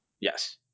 Yes